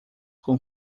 com